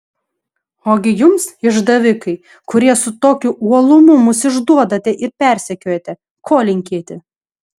ogi jums išdavikai kurie su tokiu uolumu mus išduodate ir persekiojate ko linkėti